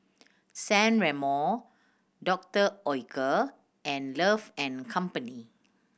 San Remo Doctor Oetker and Love and Company